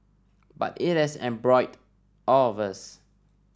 but it has embroiled all of us